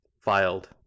filed